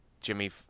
Jimmy –